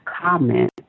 comment